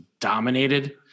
dominated